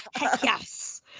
Yes